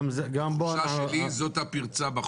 תחושה שלי זו הפרצה בחוק.